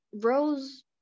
rose